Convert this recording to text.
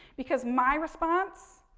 because my response,